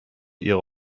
ihre